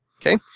Okay